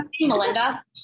Melinda